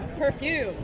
Perfume